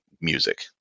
music